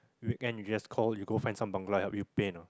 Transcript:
weekend you just call you go find some Bangla and help you paint ah